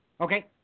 Okay